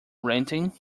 ranting